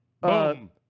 Boom